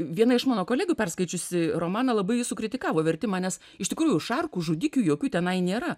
viena iš mano kolegių perskaičiusi romaną labai sukritikavo vertimą nes iš tikrųjų šarkų žudikių jokių tenai nėra